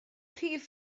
rhif